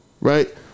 right